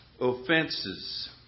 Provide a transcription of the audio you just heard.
offenses